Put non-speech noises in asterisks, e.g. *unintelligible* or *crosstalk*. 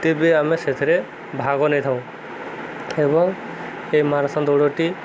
ତେବେ ଆମେ ସେଥିରେ ଭାଗ ନେଇଥାଉ ଏବଂ ଏଇ *unintelligible* ଦୌଡ଼ଟି